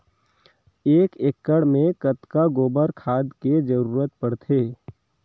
एक एकड़ मे कतका गोबर खाद के जरूरत पड़थे?